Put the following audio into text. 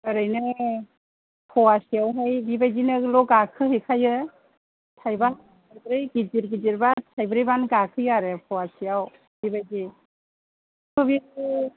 ओरैनो फवासेयावहाय बिदिनोल' गाखो हैखायो थाइबा थाइब्रै गिदिर गिदिरबा थाइब्रै गाहाम गाखोयो आरो फवासेयाव बेबायदि आंथ' बेखौ